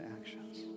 actions